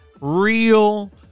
real